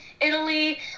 Italy